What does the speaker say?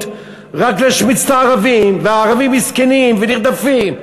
רק להשמיץ את הערבים והערבים מסכנים ונרדפים.